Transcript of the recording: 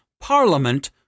parliament